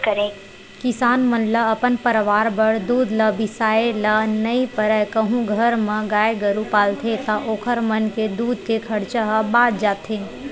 किसान मन ल अपन परवार बर दूद ल बिसाए ल नइ परय कहूं घर म गाय गरु पालथे ता ओखर मन के दूद के खरचा ह बाच जाथे